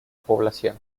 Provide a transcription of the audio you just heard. población